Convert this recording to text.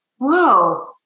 whoa